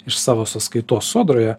iš savo sąskaitos sodroje